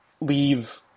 leave